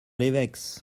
les